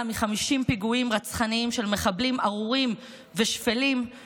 מ-50 פיגועים רצחניים של מחבלים ארורים ושפלים,